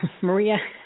Maria